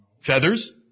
Feathers